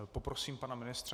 Poprosím pana ministra.